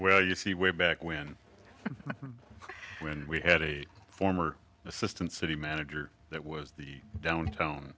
well you see way back when when we had a former assistant city manager that was the downtown